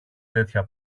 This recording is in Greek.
τέτοια